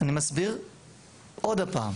אני מסביר עוד פעם.